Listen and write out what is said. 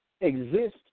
exist